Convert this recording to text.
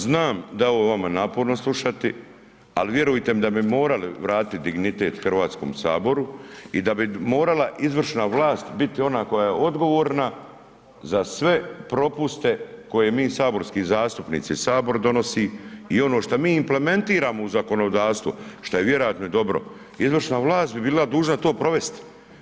Znam da je ovo vama naporno slušati, ali vjerujte da bi morali vratiti dignitet Hrvatskom saboru i da bi morala izvršna vlast biti ona koja je odgovorna za sve propuste koje mi saborski zastupnici Sabor donosi i ono što mi implementiramo u zakonodavstvo šta je vjerojatno dobro, izvršna vlast bi bila dužna to provesti.